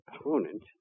opponent